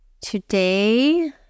Today